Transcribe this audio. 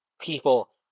people